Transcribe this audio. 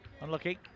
unlucky